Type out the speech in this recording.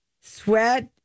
sweat